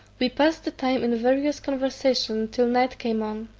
we passed the time in various conversation till night came on.